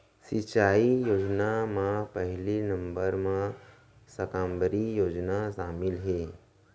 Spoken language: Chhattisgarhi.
सिंचई योजना म पहिली नंबर म साकम्बरी योजना सामिल हे